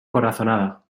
corazonada